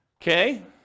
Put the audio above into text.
Okay